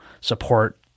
support